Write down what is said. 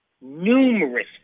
numerous